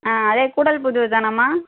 ஆ அதே கூடல்புதூர்தானேம்மா